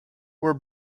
were